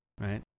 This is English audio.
right